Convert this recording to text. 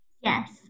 Yes